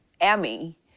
Emmy